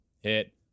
hit